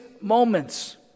moments